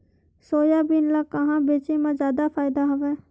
Soybean ल कहां बेचे म जादा फ़ायदा हवय?